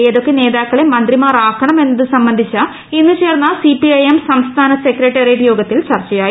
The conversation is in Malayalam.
ഏതൊക്കെ നേതാക്കളെ മന്ത്രിമാർ ആകണം എന്നത് സംബന്ധിച്ച് ഇന്ന് ചേർന്ന സിപിഐഎം സംസ്ഥാന സെക്രട്ടറിയേറ്റ് യോഗത്തിൽ ചർച്ചയായി